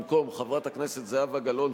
במקום חברת הכנסת זהבה גלאון,